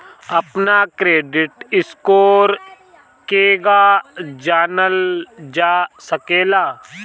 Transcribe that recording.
अपना credit score केगा जानल जा सकेला?